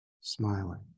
smiling